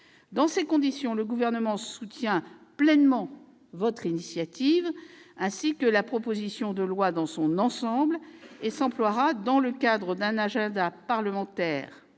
Dans ces conditions, le Gouvernement soutient pleinement cette initiative, ainsi que la proposition de loi dans son ensemble. Il s'emploiera, dans le cadre d'un agenda parlementaire